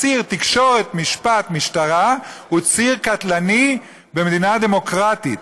הציר תקשורת-משפט-משטרה הוא ציר קטלני במדינה דמוקרטית.